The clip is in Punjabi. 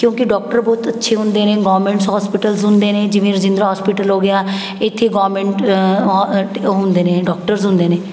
ਕਿਉਂਕਿ ਡੋਕਟਰ ਬਹੁਤ ਅੱਛੇ ਹੁੰਦੇ ਨੇ ਗੋਰਮਿੰਟਸ ਹੋਸਪੀਟਲਸ ਹੁੰਦੇ ਨੇ ਜਿਵੇਂ ਰਾਜਿੰਦਰਾ ਹੋਸਪੀਟਲ ਹੋ ਗਿਆ ਇੱਥੇ ਗੋਰਮਿੰਟ ਉਹ ਹੁੰਦੇ ਨੇ ਡੋਕਟਰਸ ਹੁੰਦੇ ਨੇ